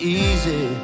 easy